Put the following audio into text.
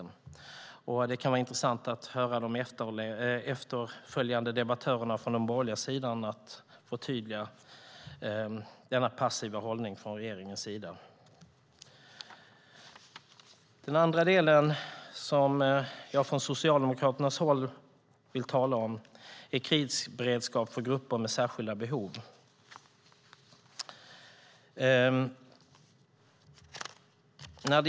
Det kan vara intressant att höra de efterföljande debattörerna från den borgerliga sidan förtydliga denna passiva hållning från regeringens sida. Den andra del som jag från Socialdemokraternas håll vill tala om är krisberedskap för grupper med särskilda behov.